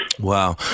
Wow